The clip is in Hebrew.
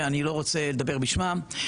אני לא רוצה לדבר בשמם,